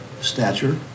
stature